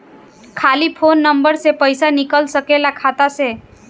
खाली phone number से पईसा निकल सकेला खाता से?